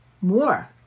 more